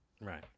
Right